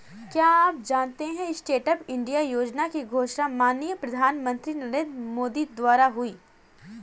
क्या आप जानते है स्टैंडअप इंडिया योजना की घोषणा माननीय प्रधानमंत्री नरेंद्र मोदी द्वारा हुई?